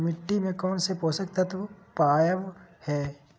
मिट्टी में कौन से पोषक तत्व पावय हैय?